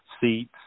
seats